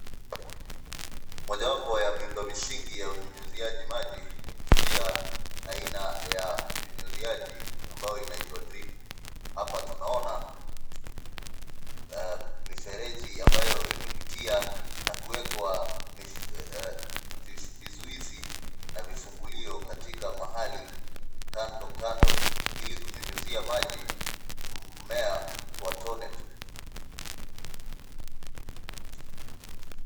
Mojawapo ya miundo misingi ya unyunyiziaji maji ni kutumia aina ya unyunyiziaji ambayo inaitwa dripu . Hapa tunaona mifereji ambayo imepitia na kuwekwa vizuizi na vifungulio katika mahali kando kando ilikunyunyizia maji mmea kwa tone tu.